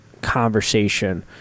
conversation